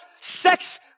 sex